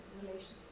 relations